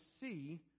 see